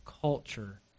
culture